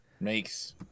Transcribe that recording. Makes